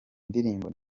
ndirimbo